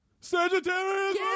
Sagittarius